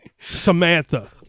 Samantha